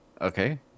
Okay